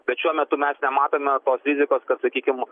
bet šiuo metu mes nematome tos rizikos kad sakykim